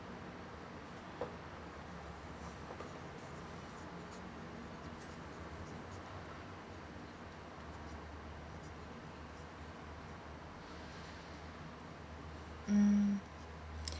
mm